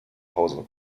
hause